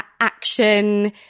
action